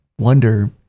wonder